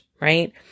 right